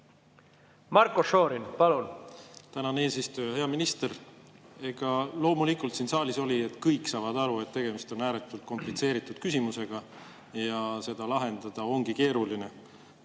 Marko Šorin, palun!